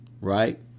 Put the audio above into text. right